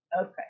Okay